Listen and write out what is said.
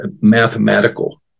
mathematical